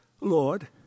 Lord